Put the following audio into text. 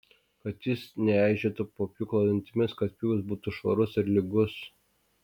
kad jis neeižėtų po pjūklo dantimis kad pjūvis būtų švarus ir lygus